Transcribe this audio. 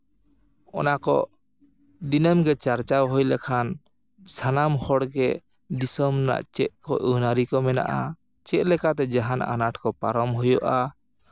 ᱚᱱᱟ ᱠᱚ ᱫᱤᱱᱟᱹᱢ ᱨᱮ ᱪᱟᱨᱪᱟᱣ ᱦᱩᱭ ᱞᱮᱠᱷᱟᱱ ᱥᱟᱱᱟᱢ ᱦᱚᱲ ᱜᱮ ᱫᱤᱥᱚᱢ ᱨᱮᱱᱟᱜ ᱪᱮᱫ ᱠᱚ ᱟᱹᱱᱼᱟᱹᱨᱤ ᱠᱚ ᱢᱮᱱᱟᱜᱼᱟ ᱪᱮᱫᱞᱮᱠᱟᱛᱮ ᱡᱟᱦᱟᱱ ᱟᱱᱟᱴ ᱠᱚ ᱯᱟᱨᱚᱢ ᱦᱩᱭᱩᱜᱼᱟ